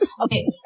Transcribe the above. Okay